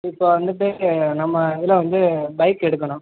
இப்போ வந்துட்டு நம்ம இதில் வந்து பைக் எடுக்கணும்